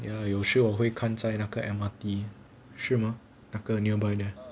ya 有时我会看在那个 M_R_T 是么那个 near by there